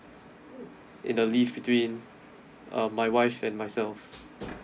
in the leave between uh my wife and myself